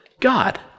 God